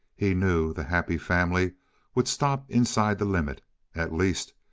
he knew the happy family would stop inside the limit at least,